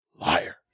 Liar